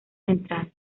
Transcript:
central